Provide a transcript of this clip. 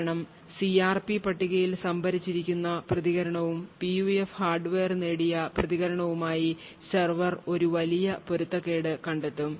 കാരണം സിആർപി പട്ടികയിൽ സംഭരിച്ചിരിക്കുന്ന പ്രതികരണവും പിയുഎഫ് ഹാർഡ്വെയർ നേടിയ പ്രതികരണവുമായി സെർവർ ഒരു വലിയ പൊരുത്തക്കേട് കണ്ടെത്തും